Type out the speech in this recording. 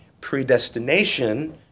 Predestination